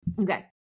Okay